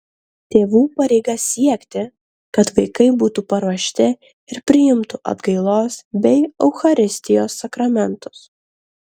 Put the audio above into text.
tėvų pareiga siekti kad vaikai būtų paruošti ir priimtų atgailos bei eucharistijos sakramentus